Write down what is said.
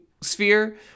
sphere